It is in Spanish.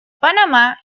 panamá